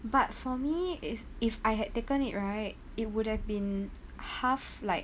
but for me is if I had taken it right it would have been half like